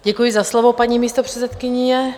Děkuji za slovo, paní místopředsedkyně.